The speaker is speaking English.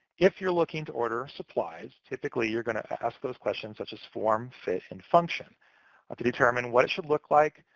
if you're looking to order supplies, typically you're going to ask those questions such as form, fit, and function to determine what it should look like.